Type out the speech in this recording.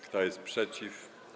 Kto jest przeciw?